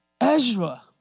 Ezra